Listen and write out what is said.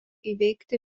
įveikti